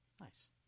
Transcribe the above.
Nice